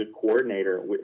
coordinator